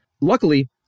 Luckily